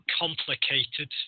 complicated